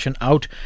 out